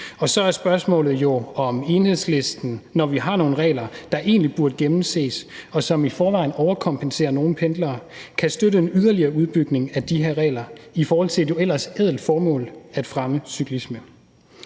og så er spørgsmålet jo, om Enhedslisten, når vi har nogle regler, der egentlig burde gennemses, og som i forvejen overkompenserer nogle pendlere, kan støtte en yderligere udbygning af de her regler i forhold til et jo ellers ædelt formål: at fremme cyklisme.